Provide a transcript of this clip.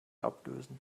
ablösen